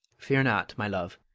fear not, my love.